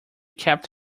kept